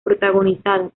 protagonizada